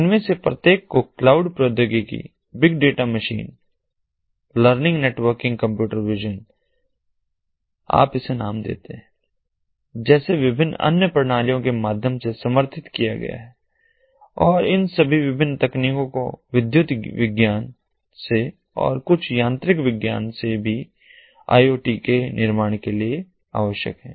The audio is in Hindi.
इनमें से प्रत्येक को क्लाउड प्रौद्योगिकी big data machine learning networking computer vision आप इसे नाम देते हैं जैसे विभिन्न अन्य प्रणालियों के माध्यम से समर्थित किया गया है और इन सभी विभिन्न तकनीकों को विद्युत विज्ञान से और कुछ यांत्रिक विज्ञान से भी आई ओ टी के निर्माण के लिए आवश्यक हैं